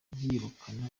byirukana